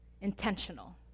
intentional